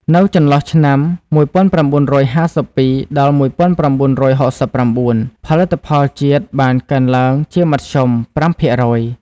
នៅចន្លោះឆ្នាំ ១៩៥២-១៩៦៩ ផលិតផលជាតិបានកើនឡើងជាមធ្យម ៥%។